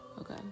Okay